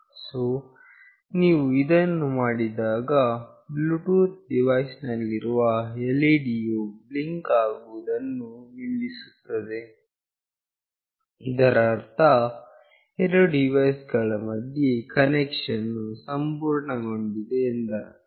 so ನೀವು ಇದನ್ನು ಮಾಡಿದಾಗ ಬ್ಲೂಟೂತ್ ಡಿವೈಸ್ ನಲ್ಲಿರುವ LED ಯು ಬ್ಲಿಂಕ್ ಆಗುವುದನ್ನು ನಿಲ್ಲಿಸುತ್ತದೆ ಇದರ ಅರ್ಥ ಎರಡು ಡಿವೈಸ್ ಗಳ ಮಧ್ಯೆ ಕನೆಕ್ಷನ್ ವು ಸಂಪೂರ್ಣಗೊಂಡಿದೆ ಎಂದರ್ಥ